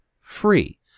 free